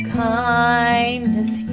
kindness